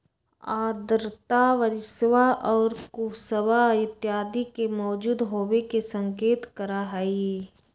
आर्द्रता बरिशवा और कुहसवा इत्यादि के मौजूद होवे के संकेत करा हई